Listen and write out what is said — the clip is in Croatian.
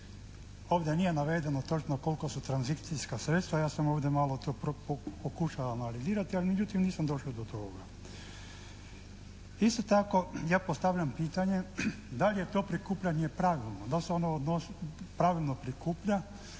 Ovdje nije navedeno točno koliko su tranzicijska sredstva, ja sam ovdje malo to pokušavam analizirati ali međutim nisam došao do ovoga. Isto tako, ja postavljam pitanje da li je to prikupljanje pravilno, da li se ono pravilno prikuplja,